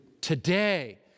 today